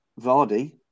Vardy